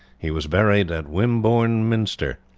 he was buried at wimbourne minster,